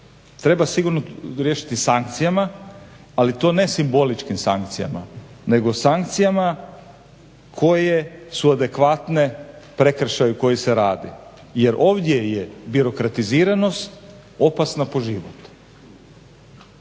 Treba sigurno riješiti sankcijama, ali to ne simboličkim sankcijama nego sankcijama koje su adekvatne prekršaju koji se radi. Jer ovdje je birokratiziranost opasna po život.